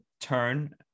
turn